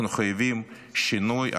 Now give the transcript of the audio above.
אנחנו חייבים שינוי,